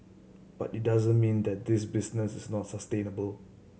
but it doesn't mean that this business is not sustainable